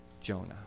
Jonah